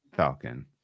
Falcon